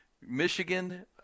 Michigan